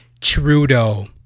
Trudeau